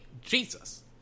Jesus